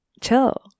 chill